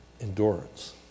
endurance